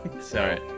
Sorry